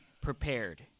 prepared